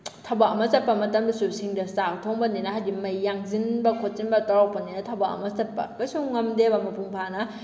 ꯊꯕꯛ ꯑꯃ ꯆꯠꯄ ꯃꯇꯝꯗꯁꯨ ꯁꯤꯡꯗ ꯆꯥꯥꯛ ꯊꯣꯡꯕꯅꯤꯅ ꯍꯥꯏꯗꯤ ꯃꯩ ꯌꯥꯡꯁꯤꯟꯕ ꯈꯣꯠꯆꯤꯟꯕ ꯇꯧꯔꯛꯄꯅꯤꯅ ꯊꯕꯛ ꯑꯃ ꯆꯠꯄ ꯀꯩꯁꯨꯝ ꯉꯝꯗꯦꯕ ꯃꯄꯨꯡ ꯐꯥꯅ